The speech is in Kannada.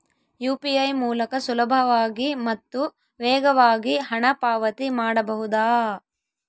ಯು.ಪಿ.ಐ ಮೂಲಕ ಸುಲಭವಾಗಿ ಮತ್ತು ವೇಗವಾಗಿ ಹಣ ಪಾವತಿ ಮಾಡಬಹುದಾ?